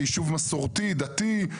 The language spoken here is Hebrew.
זה ישוב מסורתי, דתי.